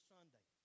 Sunday